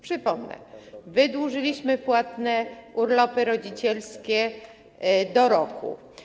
Przypomnę, że wydłużyliśmy płatne urlopy rodzicielskie do roku.